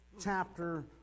chapter